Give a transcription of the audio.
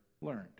learned